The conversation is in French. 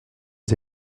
les